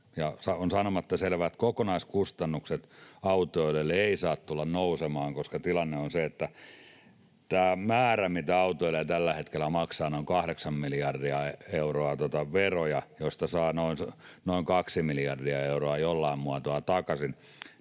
on sanomatta selvää, että kokonaiskustannukset autoilijoille eivät saa tulla nousemaan, koska tilanne on se, että tästä määrästä, mitä autoilijat tällä hetkellä maksavat veroja, noin kahdeksan miljardia euroa, he saavat noin kaksi miljardia euroa jollain muotoa takaisin.